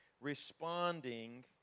responding